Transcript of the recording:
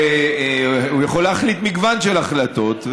הוא יכול להחליט מגוון של החלטות,